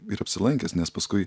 ir apsilankęs nes paskui